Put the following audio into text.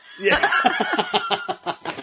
Yes